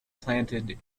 planted